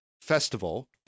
Festival